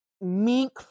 mink